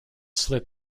slit